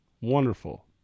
wonderful